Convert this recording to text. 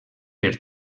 per